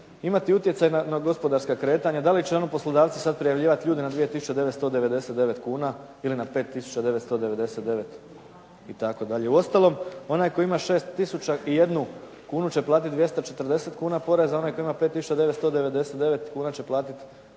imati utjecaj na gospodarska kretanja, da li će onda poslodavci sad prijavljivati ljude na 2 999 kuna ili na 5 999 itd. Uostalom, onaj tko ima 6 001 kunu će platiti 240 kuna poreza, a onaj koji ima 5 999 kuna će platiti 119 i